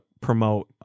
promote